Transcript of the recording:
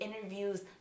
interviews